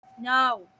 No